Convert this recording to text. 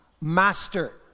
Master